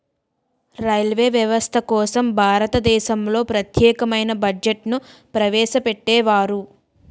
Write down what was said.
railway వ్యవస్థ కోసం భారతదేశంలో ప్రత్యేకమైన బడ్జెట్ను ప్రవేశపెట్టేవారు